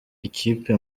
ikipe